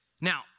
Now